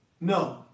No